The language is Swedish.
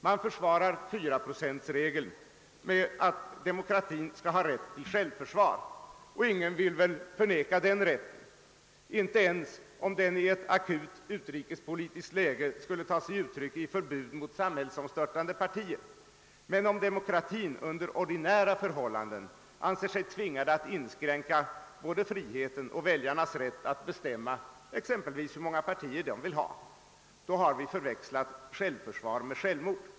Man försvarar 4-procentregeln med att demokratin skall ha rätt till självförsvar. Och ingen vill väl förneka den rätten, inte ens om den i ett akut utrikespolitiskt läge skulle ta sig uttryck i ett förbud mot samhällsomstörtande partier. Men om demokratin under ordinära förhållanden anser sig tvingad att inskränka både friheten och väljarnas rätt att bestämma exempelvis hur många partier de vill ha, då har vi förväxlat självförsvar med självmord.